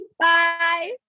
Bye